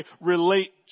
relate